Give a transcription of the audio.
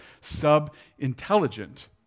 sub-intelligent